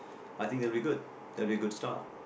I think that will be good that will be a good start